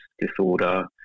disorder